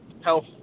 health